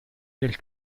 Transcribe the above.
del